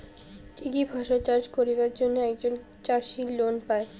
কি কি ফসল চাষ করিবার জন্যে একজন চাষী লোন পায়?